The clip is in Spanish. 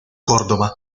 córdoba